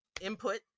input